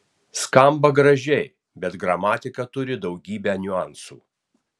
skamba gražiai bet gramatika turi daugybę niuansų